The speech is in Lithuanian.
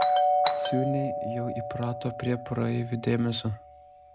ciūniai jau įprato prie praeivių dėmesio